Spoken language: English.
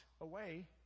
away